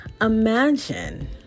Imagine